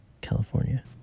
California